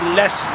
less